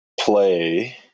play